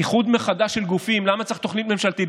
איחוד מחדש של גופים, למה צריך תוכנית ממשלתית?